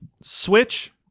Switch